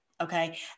Okay